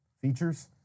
features